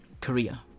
Korea